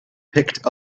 picked